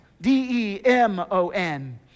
D-E-M-O-N